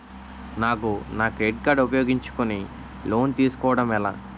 నాకు నా credit card ఉపయోగించుకుని లోన్ తిస్కోడం ఎలా?